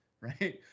right